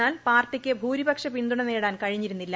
എന്നാൽ പാർട്ടിക്ക് ഭൂരിപക്ഷ പിന്തുണ നേടാൻ കഴിഞ്ഞിരുന്നില്ല